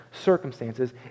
circumstances